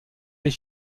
les